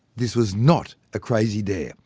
this was not a crazy dare,